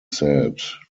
said